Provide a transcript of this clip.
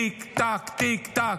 תיק-תק, תיק-תק,